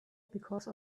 because